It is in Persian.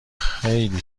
خیلی